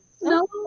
No